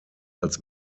als